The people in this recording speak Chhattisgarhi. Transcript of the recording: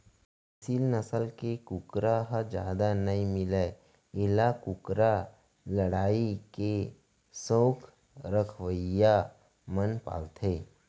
एसील नसल के कुकरा ह जादा नइ मिलय एला कुकरा लड़ई के सउख रखवइया मन पालथें